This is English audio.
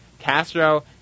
Castro